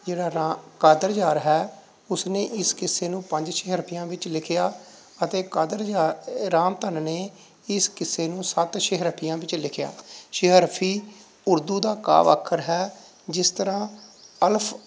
ਜਿਹੜਾ ਰਾ ਕਾਦਰਯਾਰ ਹੈ ਉਸਨੇ ਇਸ ਇੱਸੇ ਨੂੰ ਪੰਜ ਸ਼ਹਿਰਫੀਆਂ ਵਿੱਚ ਲਿਖਿਆ ਅਤੇ ਕਾਦਰਯਾਰ ਰਾਮਧਨ ਨੇ ਇਸ ਕਿੱਸੇ ਨੂੰ ਸੱਤ ਸ਼ਹਿਰਫੀਆਂ ਵਿੱਚ ਲਿਖਿਆ ਸ਼ਹਿਰਫੀ ਉਰਦੂ ਦਾ ਕਾਵਿ ਅੱਖਰ ਹੈ ਜਿਸ ਤਰ੍ਹਾਂ ਅਲਫ